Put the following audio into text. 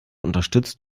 unterstützt